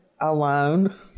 alone